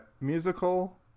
musical